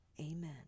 Amen